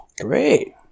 Great